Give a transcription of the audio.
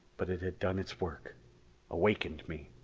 but it had done its work awakened me.